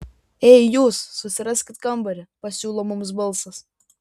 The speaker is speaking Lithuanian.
ei jūs susiraskit kambarį pasiūlo mums balsas